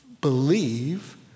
believe